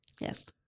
Yes